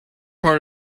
part